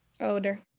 Older